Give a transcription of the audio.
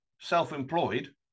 self-employed